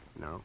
No